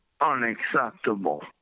unacceptable